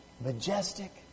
majestic